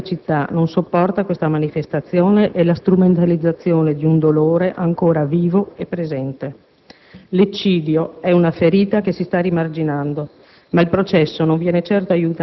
si sono chiusi in casa perché quella città non sopporta questa manifestazione e la strumentalizzazione di un dolore ancora vivo e presente. L'eccidio è una ferita che si sta rimarginando,